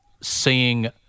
seeing